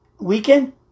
weekend